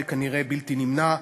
זה כנראה בלתי נמנע,